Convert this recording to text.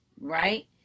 right